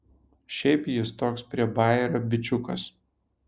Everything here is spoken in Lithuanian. šiaip jis toks prie bajerio bičiukas